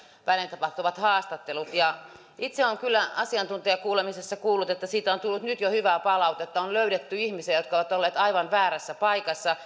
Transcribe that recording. tapahtuvat haastattelut itse olen kyllä asiantuntijakuulemisessa kuullut että siitä on tullut nyt jo hyvää palautetta on löydetty ihmisiä jotka ovat olleet aivan väärässä paikassa